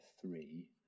three